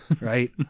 right